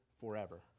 forever